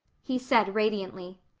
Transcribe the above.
he said radiantly.